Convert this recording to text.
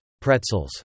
pretzels